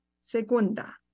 segunda